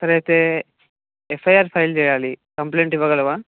సరే అయితే FIR file చేయాలి కంప్లైంట్ ఇవ్వగలవా